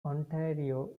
ontario